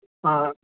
ہاں